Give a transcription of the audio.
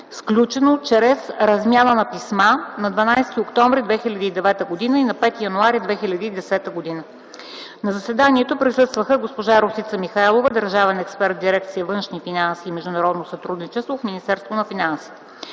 сключено чрез размяна на писма на 12 октомври 2009 г. и на 5 януари 2010 г. На заседанието присъства госпожа Росица Михайлова – държавен експерт в дирекция „Външни финанси и международно сътрудничество” в Министерството на финансите.